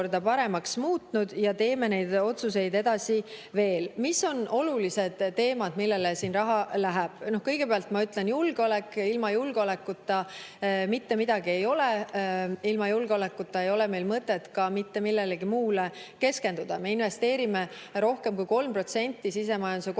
paremaks muutnud, ja teeme neid otsuseid edasi. Mis on olulised teemad, millele raha läheb? Kõigepealt ma ütlen: julgeolek. Ilma julgeolekuta mitte midagi ei ole, ilma julgeolekuta ei ole meil mõtet ka mitte millelegi muule keskenduda. Me investeerime rohkem kui 3% sisemajanduse